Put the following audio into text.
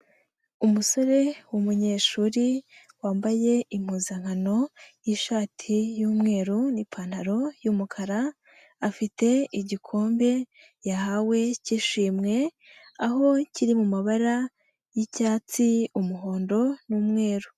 Umusore w'umunyeshuri wambaye impuzankano y'ishati y'umweru n'ipantaro y'umukara, afite igikombe yahawe k'ishimwe aho kiri mu mabara y'icyatsi, umuhondo n'umweru.